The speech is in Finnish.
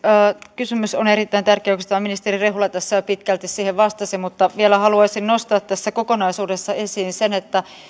kysymys on erittäin tärkeä ja oikeastaan ministeri rehula jo pitkälti siihen vastasi mutta vielä haluaisin nostaa tässä kokonaisuudessa esiin sen että